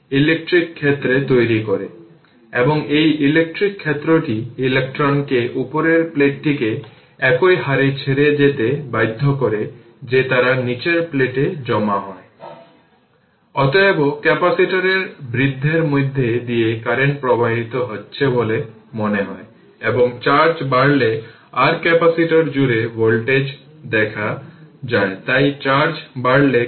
এখন একইভাবে যদি আপনি লুপ 2 নেন তবে এটি হবে 4 i2 4 i2 2 i2 i2 i1 2 i2 i1 3 i 0 কারণ ডিপেন্ডেন্ট ভোল্টেজের সোর্স হল 3 i